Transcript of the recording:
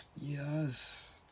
Yes